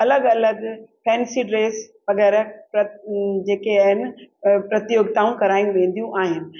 अलॻि अलॻि fancy dress वग़ैरह जेके आहिनि प्रतियोगिताऊं करायूं वेंदियूं आहिनि